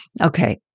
Okay